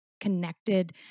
connected